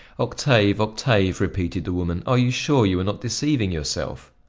octave, octave, repeated the woman, are you sure you are not deceiving yourself?